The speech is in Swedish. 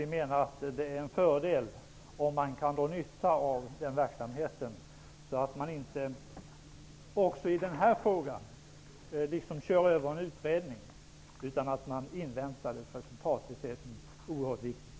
Vi menar att det är en fördel att dra nytta av den verksamheten så att man inte även i denna fråga kör över en utredning utan att invänta resultatet. Det är oerhört viktigt.